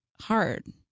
hard